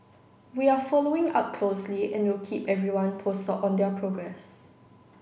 we are following up closely and will keep everyone posted on their progress